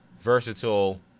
versatile